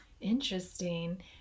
interesting